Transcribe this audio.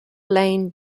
lane